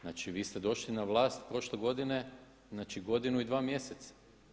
Znači vi ste došli na vlast prošle godine, znači godinu i dva mjeseca.